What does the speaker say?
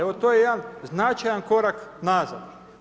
Evo to je jedan značajan korak nazad.